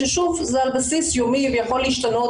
ששוב זה על בסיס יומי ויכול להשתנות,